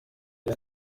nka